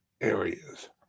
areas